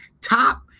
Top